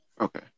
Okay